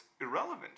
irrelevant